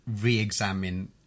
re-examine